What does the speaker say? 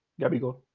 Gabigol